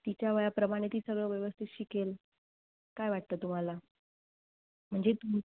तिच्या वयाप्रमाणे ती सगळं व्यवस्थित शिकेल काय वाटतं तुम्हाला म्हणजे तु